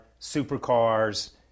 supercars